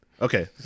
Okay